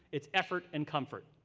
it's effort and comfort.